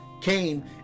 came